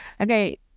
okay